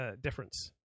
difference